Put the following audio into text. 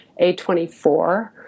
A24